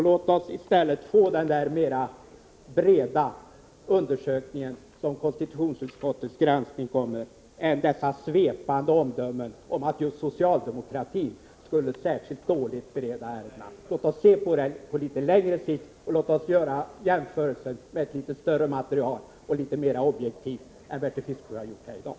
Låt oss i stället få den mera breda undersökning som konstitutionsutskottets granskning kommer med hellre än dessa svepande omdömen att just socialdemokratin skulle bereda ärendena särskilt dåligt. Låt oss göra jämförelsen med ett större material och litet mera objektivt än Bertil Fiskesjö har gjort här i dag.